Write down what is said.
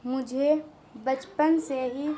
مجھے بچپن سے ہی